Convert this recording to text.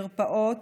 למרפאות